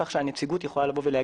כך שהנציגות יכולה לומר: